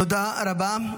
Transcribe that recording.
תודה רבה.